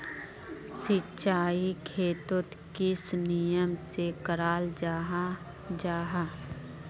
सिंचाई खेतोक किस नियम से कराल जाहा जाहा?